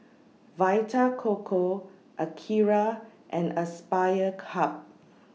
Vita Coco Akira and Aspire Hub